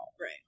Right